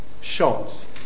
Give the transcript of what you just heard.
shots